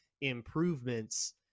improvements